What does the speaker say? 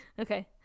okay